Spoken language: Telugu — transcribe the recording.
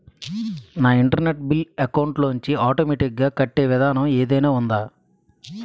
నా ఇంటర్నెట్ బిల్లు అకౌంట్ లోంచి ఆటోమేటిక్ గా కట్టే విధానం ఏదైనా ఉందా?